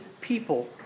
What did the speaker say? people